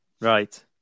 Right